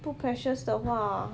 不 precious 的话